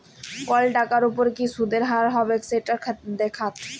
call টাকার উপর কি সুদের হার হবেক সেট দ্যাখাত